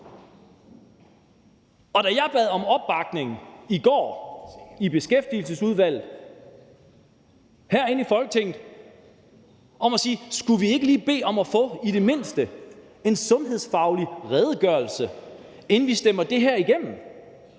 Da jeg bad om opbakning i går i Beskæftigelsesudvalget herinde i Folketinget til, at vi lige bad om at få i det mindste en sundhedsfaglig redegørelse, inden vi stemmer det her igennem,